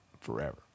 forever